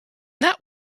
that